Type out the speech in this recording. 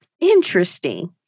interesting